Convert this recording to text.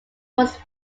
was